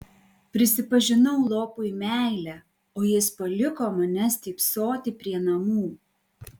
prisipažinau lopui meilę o jis paliko mane stypsoti prie namų